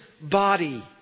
body